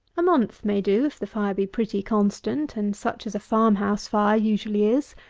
a month may do, if the fire be pretty constant, and such as a farm-house fire usually is.